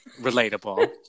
relatable